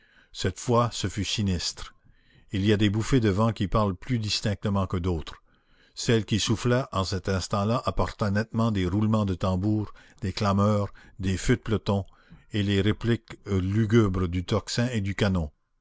cette fois ce fut sinistre il y a des bouffées de vent qui parlent plus distinctement que d'autres celle qui soufflait en cet instant-là apporta nettement des roulements de tambour des clameurs des feux de peloton et les répliques lugubres du tocsin et du canon